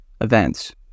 events